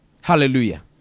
Hallelujah